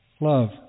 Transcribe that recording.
Love